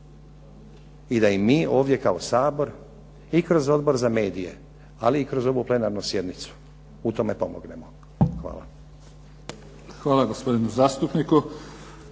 i da i mi ovdje kao Sabor i kroz Odbor za medije, ali i kroz ovu plenarnu sjednicu u tome pomognemo. Hvala. **Mimica, Neven (SDP)** Hvala gospodinu zastupniku.